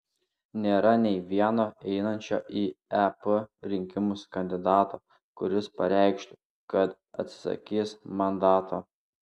nėra nei vieno einančio į ep rinkimus kandidato kuris pareikštų kad atsisakys mandato